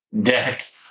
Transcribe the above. deck